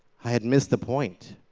i had missed the point.